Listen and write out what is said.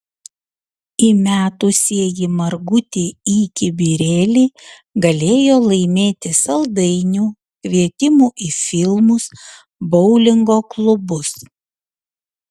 įmetusieji margutį į kibirėlį galėjo laimėti saldainių kvietimų į filmus boulingo klubus